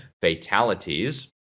fatalities